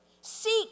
Seek